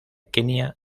kenia